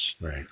Right